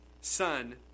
son